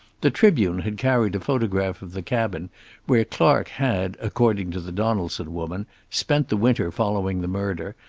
the tribune had carried a photograph of the cabin where clark had according to the donaldson woman spent the winter following the murder,